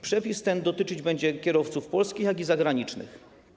Przepis ten dotyczyć będzie kierowców polskich, jak i zagranicznych.